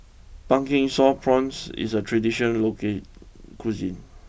Pumpkin Sauce Prawns is a traditional local cuisine